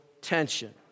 tension